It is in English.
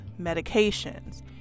medications